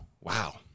wow